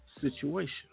situation